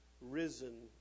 risen